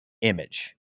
image